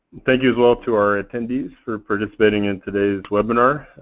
thank you as well to our attendees for participating in today's webinar.